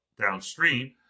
downstream